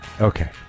Okay